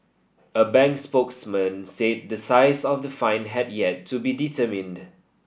a bank spokesman said the size of the fine had yet to be determined